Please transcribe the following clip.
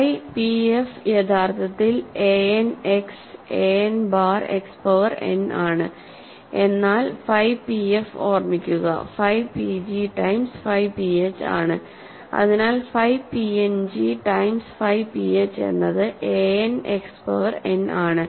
phi pf യഥാർത്ഥത്തിൽ an Xan bar X power n ആണ് എന്നാൽ ഫൈ pf ഓർമ്മിക്കുക phi pg times phi ph ആണ് അതിനാൽ phi png times phi ph എന്നത് an X പവർ n ആണ്